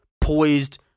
poised